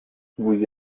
vous